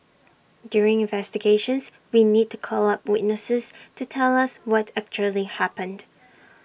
during investigations we need to call up witnesses to tell us what actually happened